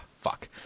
fuck